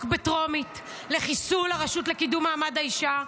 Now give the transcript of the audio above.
בטרומית לחיסול הרשות לקידום מעמד האישה.